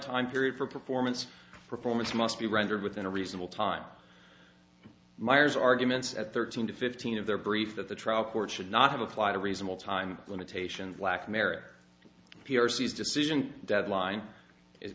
time period for performance performance must be rendered within a reasonable time meyer's arguments at thirteen to fifteen of their brief that the trial court should not have applied a reasonable time limitation black mare p r c s decision deadline